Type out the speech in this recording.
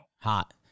Hot